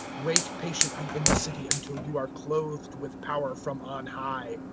wait patiently in the city until you are clothed with power from on high.